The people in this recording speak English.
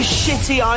shitty